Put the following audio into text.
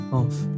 off